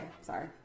sorry